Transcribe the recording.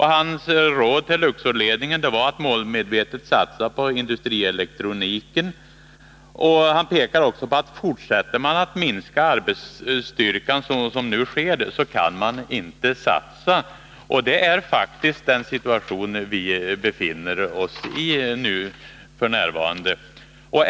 Hans råd till Luxorledningen var att målmedvetet satsa på industrielektronik. Han framhöll också, att om man fortsätter att minska arbetsstyrkan, som nu sker, kan man inte satsa. Detta är faktiskt en situation som vi f. n. befinner oss i.